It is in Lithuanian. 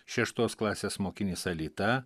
šeštos klasės mokinys alyta